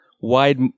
wide